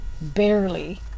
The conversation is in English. barely